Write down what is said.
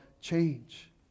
change